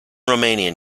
romanian